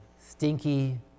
Stinky